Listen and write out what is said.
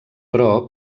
però